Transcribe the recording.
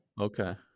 Okay